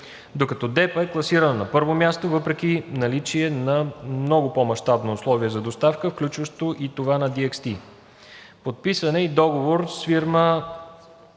докато DEPA е класирана на първо място въпреки наличие на много по-мащабно условие за доставка, включващо и това на DXT. Подписан е договор с фирма